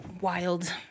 wild